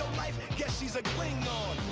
life guess she's a cling